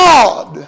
God